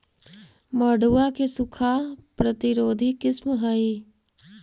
मड़ुआ के सूखा प्रतिरोधी किस्म हई?